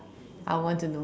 I want to know